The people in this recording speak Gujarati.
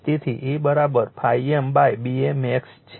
તેથી A ∅mBmax છે